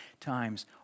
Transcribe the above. times